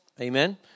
amen